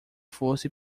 fosse